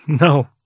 No